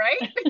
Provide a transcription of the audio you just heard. right